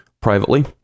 privately